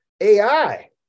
AI